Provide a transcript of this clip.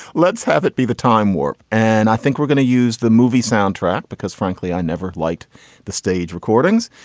let's have it be the time warp. and i think we're gonna use the movie soundtrack because frankly, i never liked the stage recordings.